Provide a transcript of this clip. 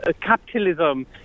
capitalism